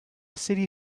city